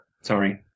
Sorry